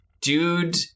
dude